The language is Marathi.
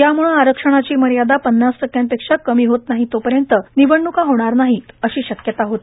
यामुळे आरक्षणाची मर्यादा पन्नास टक्केपेक्षा कमी होत नाही तोपर्यंत निवडणूका होणार नाहीत अशी शक्यता होती